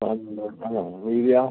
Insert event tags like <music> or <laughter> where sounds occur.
<unintelligible>